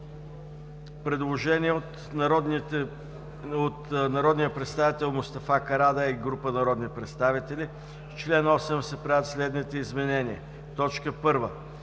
Предложение от народния представител Мустафа Карадайъ и група народни представители: „В чл. 8 се правят следните изменения: 1.